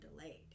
delayed